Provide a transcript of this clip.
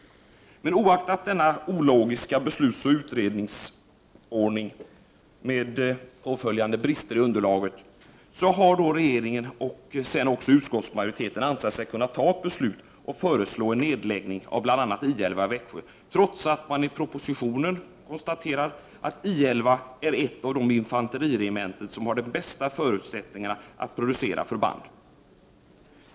Men oaktat denna ologiska beslutsoch utredningsordning med påföljande brister i underlaget, har regeringen och sedan utskottsmajoriteten ansett sig kunna fatta ett beslut och föreslå en nedläggning av bl.a. I 11 i Växjö, trots att man i propositionen konstaterar att I 11 är ett av de infanteriregementen som har de bästa förutsättningarna för att producera förband.